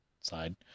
side